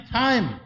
time